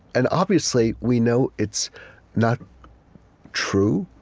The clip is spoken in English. and obviously we know it's not true,